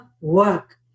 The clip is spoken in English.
work